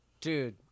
Dude